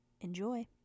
enjoy